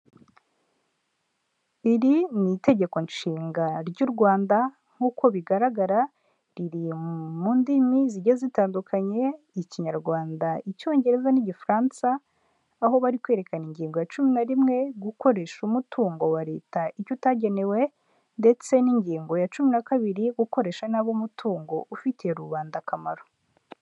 Iri ni itegeko nshinga ry'u Rwanda nk'uko bigaragara riri mu ndimi zigiye zitandukanye, Ikinyarwanda, Icyongereza n'Igifaransa, aho bari kwerekana ingingo ya cumi na rimwe gukoresha umutungo wa leta icyo utagenewe ndetse n'ingingo ya cumi na kabiri gukoresha nabi umutungo ufitiye rubanda akamaro.